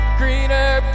greener